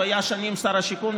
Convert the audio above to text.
הוא היה שנים שר השיכון,